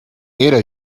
era